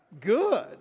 Good